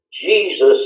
Jesus